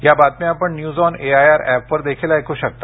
या बातम्या आपण न्यूज ऑन एआयआर ऍपवर देखील ऐकू शकता